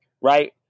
right